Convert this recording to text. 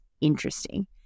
interesting